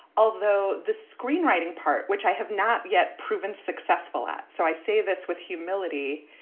although the screenwriting part, which i have not yet proven successful at. so i say this with humility,